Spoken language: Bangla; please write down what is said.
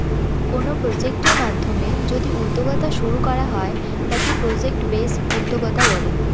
কোনো প্রজেক্টের মাধ্যমে যদি উদ্যোক্তা শুরু করা হয় তাকে প্রজেক্ট বেসড উদ্যোক্তা বলে